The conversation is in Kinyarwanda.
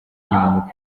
inyuma